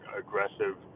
aggressive